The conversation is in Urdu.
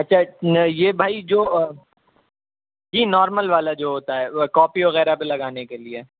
اچھا یہ بھائی جو جی نارمل والا جو ہوتا ہے کاپی وغیرہ پہ لگانے کے لیے